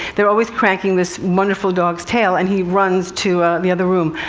they're always cranking this wonderful dog's tail, and he runs to the other room.